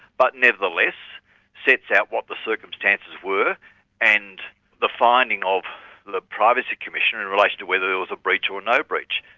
but nevertheless sets out what the circumstances were and the finding of the privacy commissioner in relation to whether there was a breach or no breach.